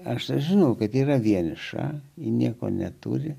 aš žinau kad yra vieniša ji nieko neturi